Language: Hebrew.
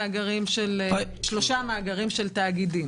שלושה מאגרים של תאגידים